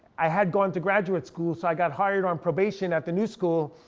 i had gone to graduate school, so i got hired on probation at the new school.